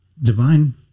Divine